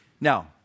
Now